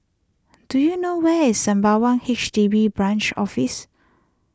do you know where is Sembawang H D B Branch Office